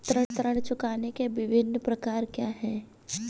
ऋण चुकाने के विभिन्न प्रकार क्या हैं?